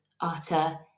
utter